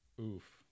Oof